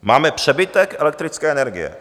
Máme přebytek elektrické energie.